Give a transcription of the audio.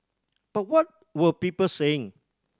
but what were people saying